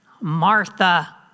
Martha